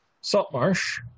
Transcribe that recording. Saltmarsh